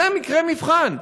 זה מקרה מבחן.